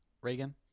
Reagan